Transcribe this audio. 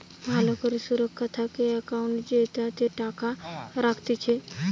ভালো করে সুরক্ষা থাকা একাউন্ট জেতাতে টাকা রাখতিছে